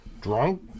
Drunk